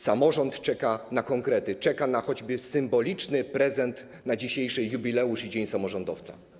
Samorząd czeka na konkrety, czeka na choćby symboliczny prezent na dzisiejszy jubileusz i dzień samorządowca.